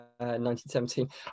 1917